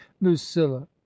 lucilla